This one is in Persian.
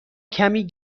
کمی